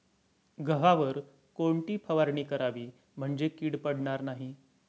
गव्हावर कोणती फवारणी करावी म्हणजे कीड पडणार नाही?